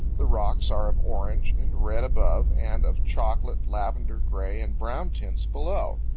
the rocks are of orange and red above and of chocolate, lavender, gray, and brown tints below.